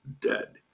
dead